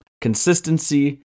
consistency